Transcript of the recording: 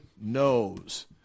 knows